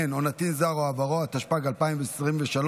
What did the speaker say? עבורו, התשפ"ג 2023,